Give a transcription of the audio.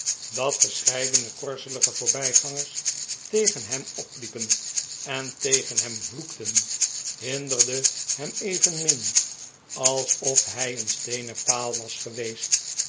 dat verscheidene korzelige voorbijgangers tegen hem op liepen en tegen hem vloekten hinderde hem evenmin alsof hij een steenen paal was geweest